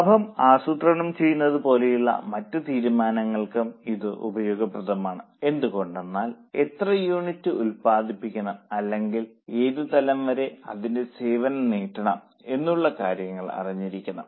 ലാഭം ആസൂത്രണം ചെയ്യുന്നത് പോലെയുള്ള മറ്റ് തീരുമാനങ്ങൾക്കും ഇത് ഉപയോഗപ്രദമാണ് എന്തുകൊണ്ടെന്നാൽ എത്ര യൂണിറ്റ് ഉത്പാദിപ്പിക്കണം അല്ലെങ്കിൽ ഏത് തലം വരെ അതിന്റെ സേവനം നീട്ടണം എന്നുള്ള കാര്യങ്ങൾ അറിഞ്ഞിരിക്കണം